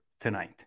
tonight